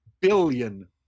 billion